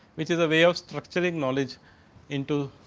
which is a way of structuring knowledge into